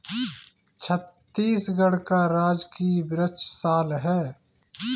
छत्तीसगढ़ का राजकीय वृक्ष साल है